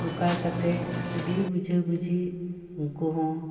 ᱚᱱᱠᱟ ᱠᱟᱛᱮ ᱟᱹᱰᱤ ᱵᱩᱡᱷᱟᱹ ᱵᱩᱡᱷᱤ ᱩᱱᱠᱩᱦᱚᱸ